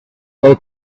they